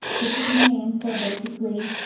the big name for basically